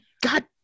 God